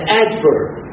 adverb